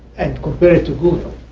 and compare it to google.